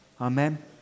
Amen